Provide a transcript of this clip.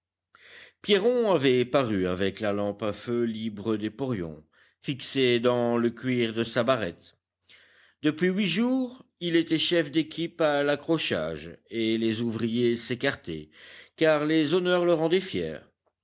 pierron avait paru avec la lampe à feu libre des porions fixée dans le cuir de sa barrette depuis huit jours il était chef d'équipe à l'accrochage et les ouvriers s'écartaient car les honneurs le rendaient fier